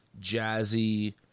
jazzy